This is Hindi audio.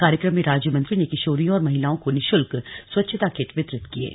कार्यक्रम में राज्य मंत्री ने किशोरियों और महिलाओं को निशुल्क स्वच्छता किट वितरित किये गए